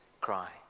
cry